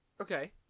Okay